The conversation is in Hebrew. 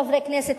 חברי הכנסת,